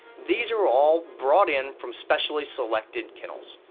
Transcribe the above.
these are all brought in from specially selected kennels.